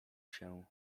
się